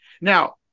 Now